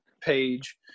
page